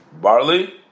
barley